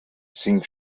cinc